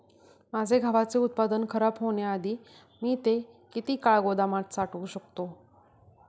माझे गव्हाचे उत्पादन खराब होण्याआधी मी ते किती काळ गोदामात साठवू शकतो?